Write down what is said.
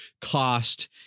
cost